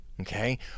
okay